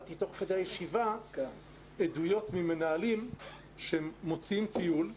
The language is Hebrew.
קיבלתי תוך כדי הישיבה עדויות ממנהלים שהם מוציאים לטיול,